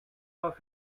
off